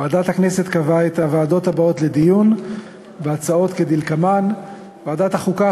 ועדת הכנסת קבעה את הוועדות הבאות לדיון בהצעות כדלקמן: ועדת החוקה,